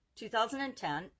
2010